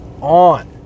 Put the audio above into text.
on